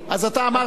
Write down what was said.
אז אתה אמרת,